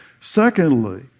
Secondly